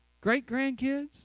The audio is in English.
great-grandkids